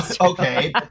okay